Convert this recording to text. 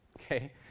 Okay